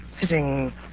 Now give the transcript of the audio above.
Sitting